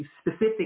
specific